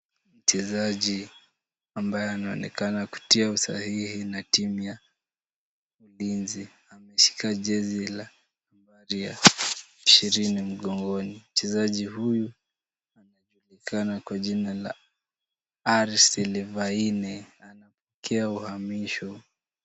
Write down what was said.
Mchezaji ambaye anaonekana kutia usahihi na timu ya ulinzi, ameshika jezi ya nambari ishirini mgongoni. Mchezaji huyu anajulikana kwa jina la Aries Silivaini anapokea uhamisho.